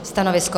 Stanovisko?